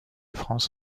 france